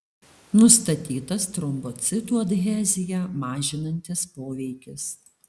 nustatytas trombocitų adheziją mažinantis poveikis